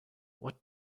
what